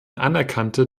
anerkannte